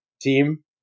team